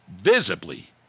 visibly